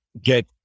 get